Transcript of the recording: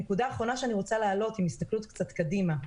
נקודה אחרונה שאני רוצה להעלות עם הסתכלות קצת קדימה: